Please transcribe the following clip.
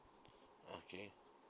okay